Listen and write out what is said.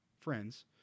Friends